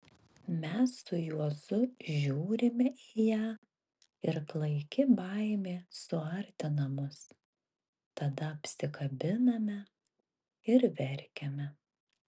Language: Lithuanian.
mes su juozu žiūrime į ją ir klaiki baimė suartina mus tada apsikabiname ir verkiame